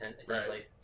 essentially